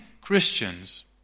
Christians